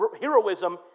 heroism